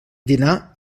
dinar